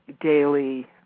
daily